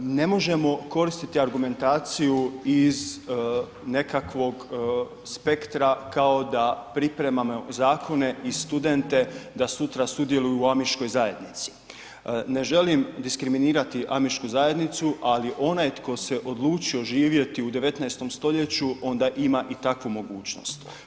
Ne možemo koristiti argumentaciju iz nekakvog spektra kao da pripremamo zakone i studente da sutra sudjeluju u Amiškoj zajednici, ne želim diskriminirati Amišku zajednicu ali onaj tko se odlučio živjeti u 19. stoljeću onda ima i takvu mogućnost.